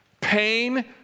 Pain